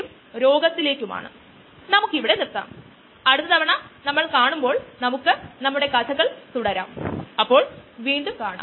inhibition തരവും k inhibition സ്ഥിരാങ്കവും കണ്ടെത്തുക അത് ചെയ്യുക അടുത്ത പ്രഭാഷണത്തിൽ കണ്ടുമുട്ടുമ്പോൾ നമ്മൾ ഇതൊക്കെ ചെയ്യും